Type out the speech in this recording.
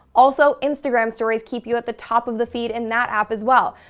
also, instagram stories keep you at the top of the feed in that app, as well.